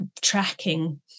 tracking